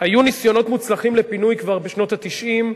ניסיונות מוצלחים לפינוי כבר בשנות ה-90,